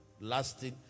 lasting